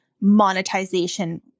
monetization